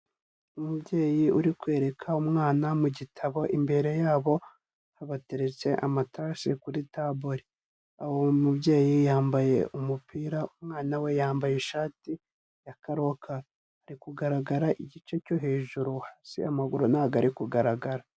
Umubyeyi uri kwereka umwana mu gitabo imbere yabo habateretse amatasi kuri table. Uwo mubyeyi yambaye umupira, umwana we yambaye ishati ya karokaro. Ari kugaragara igice cyo hejuru, hasi amaguru ntabwo ari kugaragara.